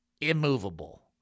immovable